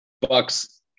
Bucks